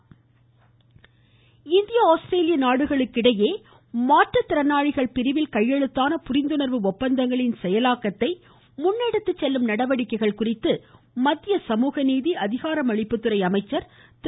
தாவர்சந்த் கெலோட் இந்திய ஆஸ்திரேலியா நாடுகளுக்கிடையே மாற்றுத்திறனாளிகள் பிரிவில் கையெழுத்தான புரிந்துணர்வு ஒப்பந்தங்களின் செயலாக்கத்தை முன் எடுத்துச் செல்லும் நடவடிக்கைகள் குறித்து மத்திய சமூகநீதி அதிகாரமளிப்புத்துறை அமைச்சர் திரு